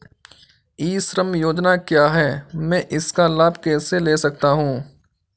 ई श्रम योजना क्या है मैं इसका लाभ कैसे ले सकता हूँ?